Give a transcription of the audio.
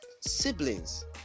siblings